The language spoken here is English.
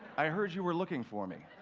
i heard you were looking for me.